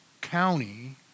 county